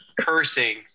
cursing